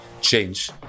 change